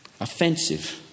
Offensive